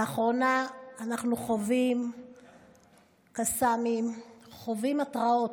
לאחרונה אנחנו חווים קסאמים, חווים התראות.